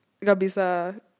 Gabisa